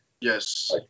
Yes